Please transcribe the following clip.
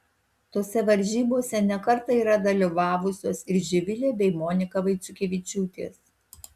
tose varžybose ne kartą yra dalyvavusios ir živilė bei monika vaiciukevičiūtės